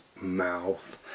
mouth